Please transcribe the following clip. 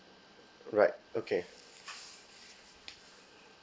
right okay